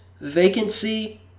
vacancy